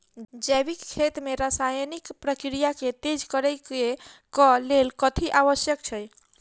जैविक खेती मे रासायनिक प्रक्रिया केँ तेज करै केँ कऽ लेल कथी आवश्यक छै?